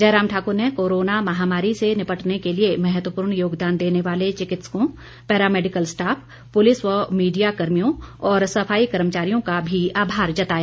जयराम ठाकुर ने कोरोना महामारी से निपटने के लिए महत्वपूर्ण योगदान देने वाले चिकित्सकों पैरामैडिकल स्टाफ पुलिस व मीडिया कर्मियों और सफाई कर्मचारियों का भी आभार जताया